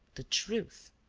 the truth.